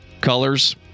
Colors